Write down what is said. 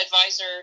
advisor